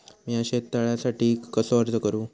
मीया शेत तळ्यासाठी कसो अर्ज करू?